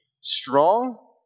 strong